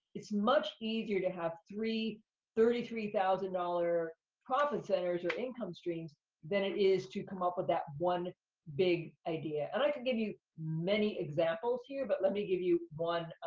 it's much easier to have three thirty three thousand dollar profit centers or income streams than it is to come up with that one big idea. and i can give you many examples here, but let me give you one.